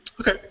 Okay